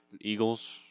Eagles